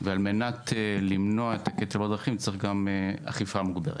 וכדי למנוע את הקטל בדרכים צריך גם אכיפה מוגברת.